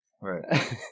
Right